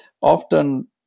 often